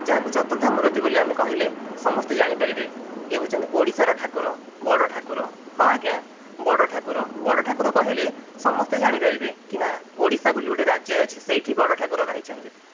ଯାହାକୁ ଚତୁର୍ଦ୍ଧାମୂରତି ବୋଲି ଆମେ କହିଲେ ସମସ୍ତେ ଜାଣି ପାରିବେ ଇଏ ହଉଚନ୍ତି ଓଡ଼ିଶାର ଠାକୁର ବଡ଼ ଠାକୁର ହଁ ଆଜ୍ଞା ବଡ଼ ଠାକୁର ବଡ଼ ଠାକୁର କହିଲେ ସମସ୍ତେ ଜାଣି ପାରିବେ କି ନା ଓଡ଼ିଶା ବୋଲି ଗୋଟେ ରାଜ୍ୟ ଅଛି ସେଇଠି ବଡ଼ ଠାକୁର ରହିଚନ୍ତି